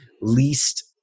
least